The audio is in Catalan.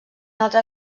altre